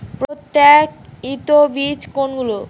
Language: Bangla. প্রত্যায়িত বীজ কোনগুলি?